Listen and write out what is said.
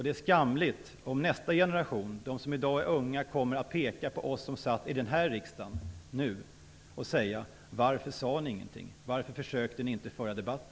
Det är skamligt om nästa generation, som i dag är ung, kommer att peka på oss som sitter i riksdagen nu och säga: Varför sade ni ingenting? Varför försökte ni inte föra debatt?